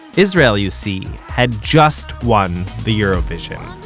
israel, you see, had just won the eurovision,